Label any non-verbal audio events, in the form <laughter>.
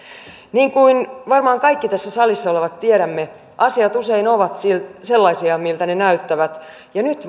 niin kuin varmaan me kaikki tässä salissa olevat tiedämme asiat usein ovat sellaisia miltä ne näyttävät ja nyt <unintelligible>